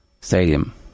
stadium